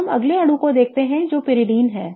अब हम अगले अणु को देखते हैं जो कि pyridine है